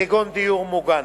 כגון דיור מוגן.